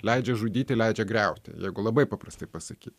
leidžia žudyti leidžia griauti jeigu labai paprastai pasakyt